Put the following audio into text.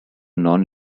non